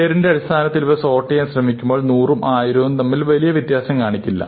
പേരിൻറെ അടിസ്ഥാനത്തിൽ ഇവ സോർട്ട് ചെയ്യാൻ ശ്രമിക്കുമ്പോൾ നൂറും ആയിരവും തമ്മിൽ വലിയ വ്യത്യാസം കാണിക്കില്ല